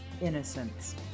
innocence